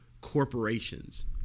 corporations